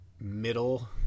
middle